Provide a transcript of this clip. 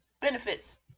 benefits